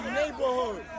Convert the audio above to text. neighborhood